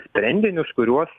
sprendinius kuriuos